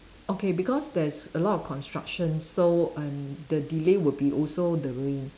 okay because there is a lot of construction so and the delay would be also the rain